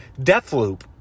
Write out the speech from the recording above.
Deathloop